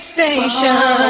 Station